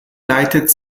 leitet